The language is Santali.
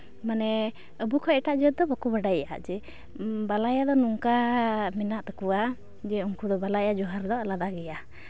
ᱢᱟᱱᱮ ᱟᱵᱚ ᱠᱷᱚᱱ ᱮᱴᱟᱜ ᱡᱟᱹᱛ ᱫᱚ ᱵᱟᱠᱚ ᱵᱟᱰᱟᱭᱟ ᱦᱟᱸᱜ ᱡᱮ ᱵᱟᱞᱟᱭ ᱫᱚ ᱱᱚᱝᱠᱟ ᱢᱮᱱᱟᱜ ᱛᱟᱠᱚᱣᱟ ᱡᱮ ᱩᱱᱠᱩ ᱫᱚ ᱵᱟᱞᱟᱭᱟ ᱡᱚᱦᱟᱨ ᱫᱚ ᱟᱞᱟᱫᱟ ᱜᱮᱭᱟ